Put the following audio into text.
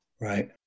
Right